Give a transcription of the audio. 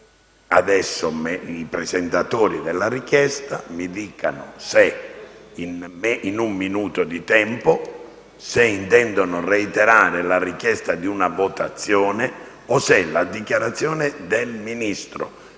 adesso i presentatori della richiesta mi dicano, in un minuto di tempo, se intendono reiterare la richiesta di una votazione o se la dichiarazione del Ministro